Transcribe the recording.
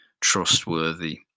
trustworthy